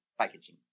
packaging